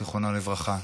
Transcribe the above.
זיכרונו לברכה,